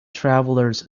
travelers